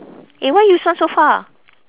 eh why you sound so far